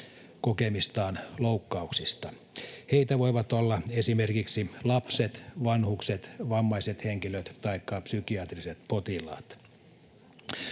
kokemistaan loukkauksista. Heitä voivat olla esimerkiksi lapset, vanhukset, vammaiset henkilöt taikka psykiatriset potilaat.